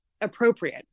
appropriate